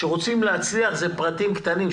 כשרוצים להצליח זה פרטים קטנים,